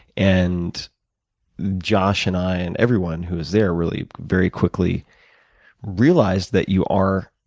and josh and i and everyone who is there, really very quickly realized that you are,